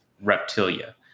reptilia